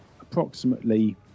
approximately